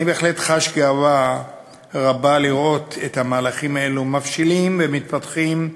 אני בהחלט חש גאווה רבה לראות את המהלכים האלה מבשילים ומתפתחים,